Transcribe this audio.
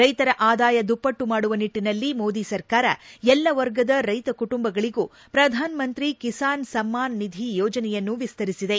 ರೈತರ ಆದಾಯ ದುಪ್ಪಟ್ಟು ಮಾಡುವ ನಿಟ್ಟಿನಲ್ಲಿ ಮೋದಿ ಸರ್ಕಾರ ಎಲ್ಲ ವರ್ಗದ ರೈತ ಕುಟುಂಬಗಳಿಗೂ ಪ್ರಧಾನ ಮಂತ್ರಿ ಕೆಸಾನ್ ಸಮ್ಮಾನ್ ನಿಧಿ ಯೋಜನೆಯನ್ನು ವಿಸ್ತರಿಸಿದೆ